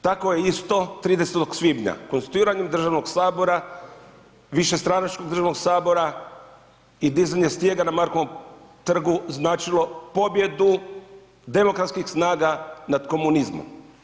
Tako je isto 30. svibnja konstituiranjem državnog sabora, višestranačkog državnog sabora i dizanje stijega na Markovom trgu značilo pobjedu demokratskih snaga nad komunizmom.